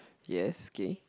yes okay